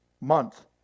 month